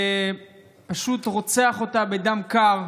ופשוט רוצח אותה בדם קר.